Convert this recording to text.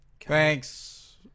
Thanks